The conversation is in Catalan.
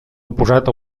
oposat